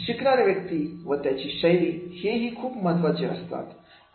शिकणारी व्यक्ती व त्याची शैली हेही खूप महत्त्वाचे असतात